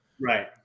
right